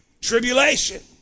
tribulation